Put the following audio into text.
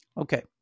Okay